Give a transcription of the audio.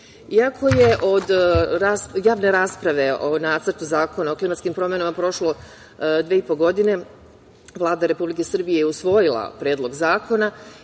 je od javne rasprave o Nacrtu zakona o klimatskim promena prošlo dve i po godine, Vlada Republike Srbije je usvojila Predlog zakona